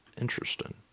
Interesting